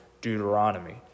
Deuteronomy